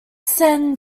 sen